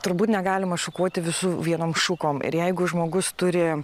turbūt negalima šukuoti visų vienom šukom ir jeigu žmogus turi